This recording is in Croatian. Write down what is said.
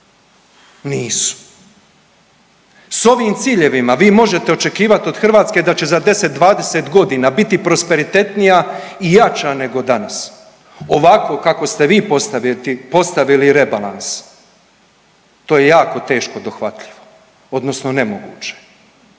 Nisu. S ovim ciljevima vi možete očekivat od Hrvatske da će za 10-20.g. biti prosperitetnija i jača nego danas, ovako kako ste vi postavili rebalans to je jako teško dohvatljivo odnosno nemoguće,